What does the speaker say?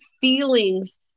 feelings